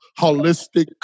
holistic